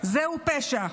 זהו פשע.